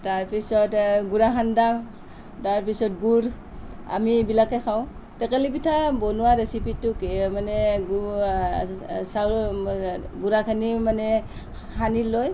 তাৰ পিছত গুড়াখাণ্ডা তাৰ পিছত গুড় আমি এইবিলাকে খাওঁ টেকেলি পিঠা বনোৱা ৰেচিপিটো মানে গুড় চাউল গুড়াখিনি মানে সানি লৈ